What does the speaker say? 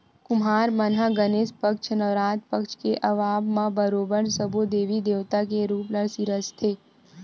कुम्हार मन ह गनेस पक्छ, नवरात पक्छ के आवब म बरोबर सब्बो देवी देवता के रुप ल सिरजाथे